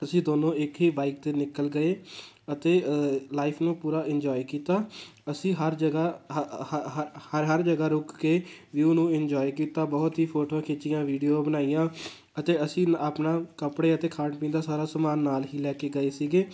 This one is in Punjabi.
ਅਸੀਂ ਦੋਨੋਂ ਇੱਕ ਹੀ ਬਾਈਕ 'ਤੇ ਨਿਕਲ ਗਏ ਅਤੇ ਲਾਈਫ ਨੂੰ ਪੂਰਾ ਇੰਜੋਏ ਕੀਤਾ ਅਸੀਂ ਹਰ ਜਗ੍ਹਾ ਹਰ ਹਰ ਜਗ੍ਹਾ ਰੁਕ ਕੇ ਵਿਊ ਨੂੰ ਇਨਜੋਏ ਕੀਤਾ ਬਹੁਤ ਹੀ ਫੋਟੋਆਂ ਖਿੱਚੀਆਂ ਵੀਡੀਓ ਬਣਾਈਆਂ ਅਤੇ ਅਸੀਂ ਆਪਣਾ ਕੱਪੜੇ ਅਤੇ ਖਾਣ ਪੀਣ ਦਾ ਸਾਰਾ ਸਮਾਨ ਨਾਲ ਹੀ ਲੈ ਕੇ ਗਏ ਸੀਗੇ